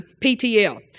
PTL